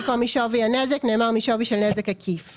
במקום "משווי הנזק" נאמר "משווי של נזק עקיף";